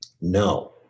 No